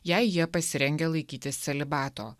jei jie pasirengę laikytis celibato